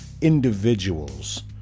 individuals